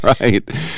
right